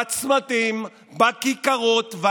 בצמתים ובכיכרות.